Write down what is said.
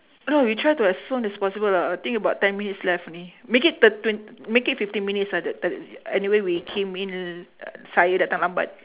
no we try to as soon as possible lah I think about ten minutes left only make it thir~ twenty make it fifteen minutes ah the t~ anyway we came in l~ uh saya datang lambat